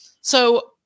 So-